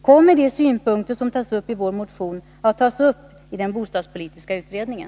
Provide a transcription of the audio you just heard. Kommer de synpunkter som tas upp i vår motion att beaktas i den bostadspolitiska utredningen?